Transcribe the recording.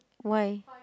why